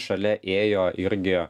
šalia ėjo irgi